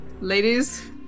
Ladies